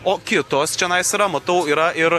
o kitos čionais yra matau yra ir